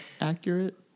accurate